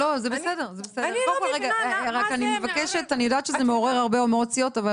אני יודעת שזה מעורר הרבה אמוציות.